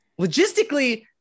Logistically